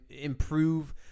improve